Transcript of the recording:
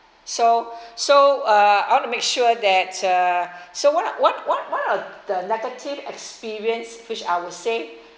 so so uh I want to make sure that uh so what what what what are the negative experience which I would say